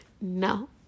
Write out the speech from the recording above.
No